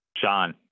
Sean